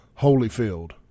Holyfield